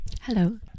Hello